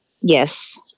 Yes